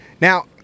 now